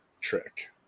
trick